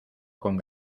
con